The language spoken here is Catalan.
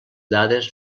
dades